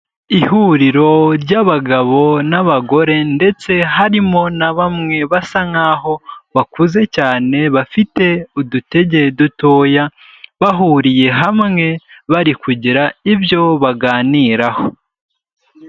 Ihuriro ry'abagabo n'abagore ndetse harimo na bamwe basa nk'aho bakuze cyane, bafite udutege dutoya, bahuriye hamwe bari kugira ibyo baganiraho.